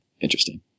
interesting